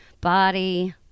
body